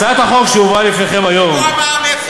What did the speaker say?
הצעת החוק שהובאה לפניכם היום, כמו על מע"מ אפס.